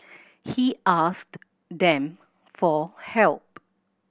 he them for help